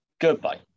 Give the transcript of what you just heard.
goodbye